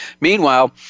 meanwhile